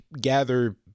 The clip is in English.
gather